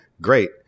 Great